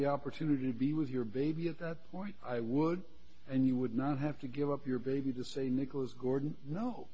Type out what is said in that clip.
the opportunity to be with your baby at that point i would and you would not have to give up your baby to say nicholas gordon no